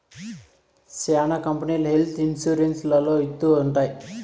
శ్యానా కంపెనీలు health insurance లలో ఇత్తూ ఉంటాయి